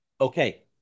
Okay